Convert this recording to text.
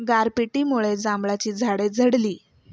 गारपिटीमुळे जांभळाची झाडे झडली